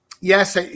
yes